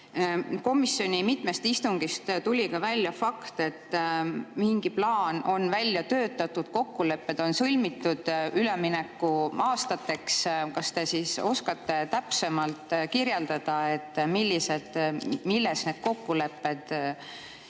Komisjoni mitmest istungist tuli välja fakt, et mingi plaan on välja töötatud, kokkulepped on sõlmitud üleminekuaastateks. Kas te oskate täpsemalt kirjeldada, milles need kokkulepped